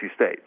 State